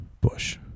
Bush